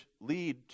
lead